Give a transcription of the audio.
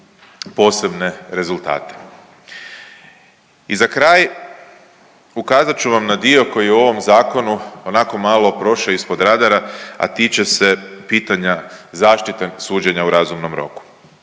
posebne rezultate. I za kraj, ukazat ću vam na dio koji je u ovom zakonu onako malo prošao ispod radara, a tiče se pitanja zaštite suđenja u razumnom roku.